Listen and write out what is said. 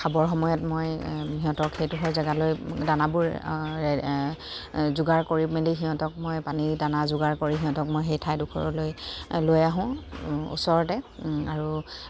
খাবৰ সময়ত মই সিহঁতক সেইডোখৰ জেগালৈ দানাবোৰ যোগাৰ কৰি মেলি সিহঁতক মই পানীৰ দানা যোগাৰ কৰি সিহঁতক মই সেই ঠাইডোখৰলৈ লৈ আহোঁ ওচৰতে আৰু